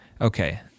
Okay